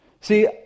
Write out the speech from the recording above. See